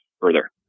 further